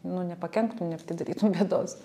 nu nepakenktum nepridarytum bėdos